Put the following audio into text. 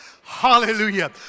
Hallelujah